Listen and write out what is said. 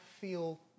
feel